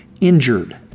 injured